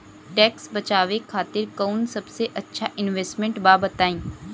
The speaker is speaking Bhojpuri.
टैक्स बचावे खातिर कऊन सबसे अच्छा इन्वेस्टमेंट बा बताई?